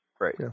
Right